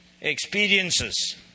experiences